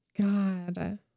God